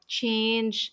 change